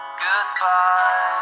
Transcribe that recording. goodbye